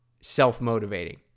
self-motivating